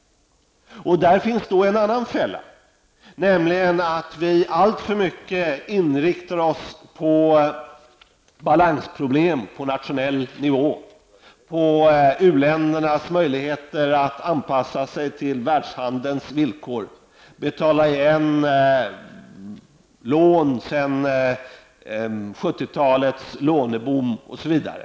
Här finns en annan fälla, nämligen att vi alltför mycket inriktar oss på balansproblem på nationell nivå, på u-ländernas möjligheter att anpassa sig till världshandelns villkor, på att de skall betala igen lån sedan 70-talets låneboom osv.